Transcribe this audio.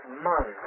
month